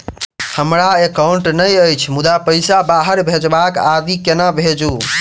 हमरा एकाउन्ट नहि अछि मुदा पैसा बाहर भेजबाक आदि केना भेजू?